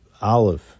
olive